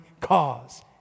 cause